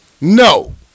no